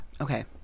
okay